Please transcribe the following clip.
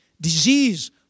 disease